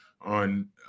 on